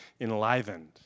enlivened